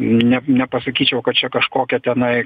ne nepasakyčiau kad čia kažkokia tenai